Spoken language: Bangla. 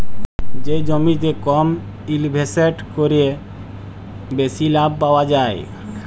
যে জমিতে কম ইলভেসেট ক্যরে বেশি লাভ পাউয়া যায়